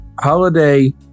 holiday